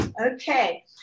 Okay